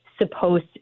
supposed